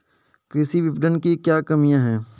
कृषि विपणन की क्या कमियाँ हैं?